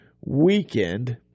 weekend